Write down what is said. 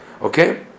Okay